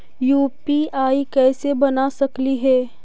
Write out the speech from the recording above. UPI कैसे बना सकली हे?